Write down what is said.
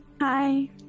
Hi